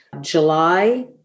July